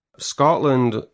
Scotland